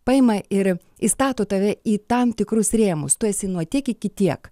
paima ir įstato tave į tam tikrus rėmus tu esi nuo tiek iki tiek